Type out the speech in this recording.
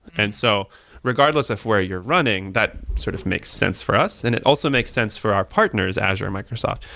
and so regardless of where you're running, that sort of makes sense for us and it also makes sense for our partners, azure and microsoft,